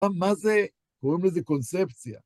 אבל מה זה, קוראים לזה קונספציה